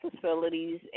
facilities